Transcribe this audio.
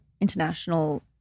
international